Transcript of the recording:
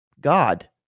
God